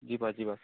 ଯିବା ଯିବା